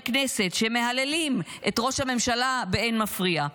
כנסת שמהללים את ראש הממשלה באין מפריע.